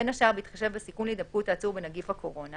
בין השאר בהתחשב בסיכון להידבקות העצור בנגיף הקורונה